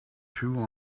two